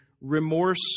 remorse